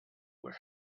were